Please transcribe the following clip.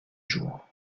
jours